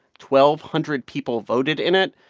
twelve hundred people voted in it.